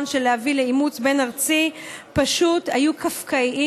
של להביא לאימוץ בין-ארצי פשוט היו קפקאיים,